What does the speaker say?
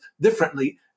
differently